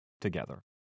together